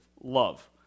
love